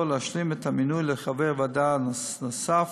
להשלים את המינוי לחבר ועדה נוספת,